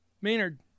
Maynard